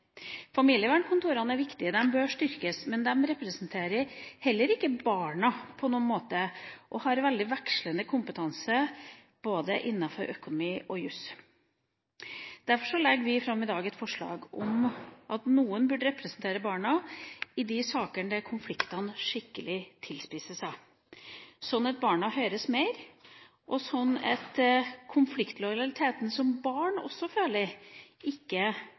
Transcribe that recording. Familievernkontorene er viktige, de bør styrkes. Men de representerer heller ikke barna på noen måte, og har veldig vekslende kompetanse både innenfor økonomi og jus. Derfor legger vi i dag fram et forslag om at noen burde representere barna i de sakene der konfliktene tilspisses skikkelig, sånn at barna høres mer, og sånn at barn i konfliktlojaliteten som de også føler, ikke